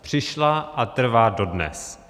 Přišla a trvá dodnes.